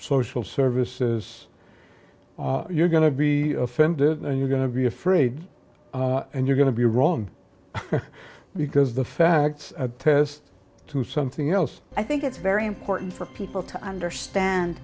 social services you're going to be offended and you're going to be afraid and you're going to be wrong because the facts at test to something else i think it's very important for people to understand